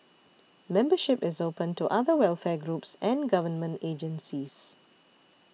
membership is open to other welfare groups and government agencies